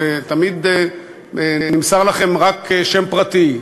ותמיד נמסר לכם רק שם פרטי.